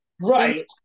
right